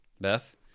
Beth